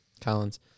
Collins